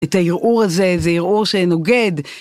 את ההרהור הזה, זה הרהור שנוגד.